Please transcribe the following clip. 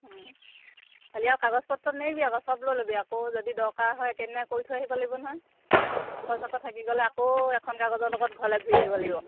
খালি আৰু কাগজ পত্ৰ নেৰিবি আকৌ চব লৈ ল'বি আকৌ যদি দৰকাৰ হয় একে দিনা কৰি থৈ আহিব লাগিব নহয় কাগজ থাকি গ'লে আকৌ এখন কাগজৰ লগত ঘৰলৈ ঘূৰি আহিব লাগিব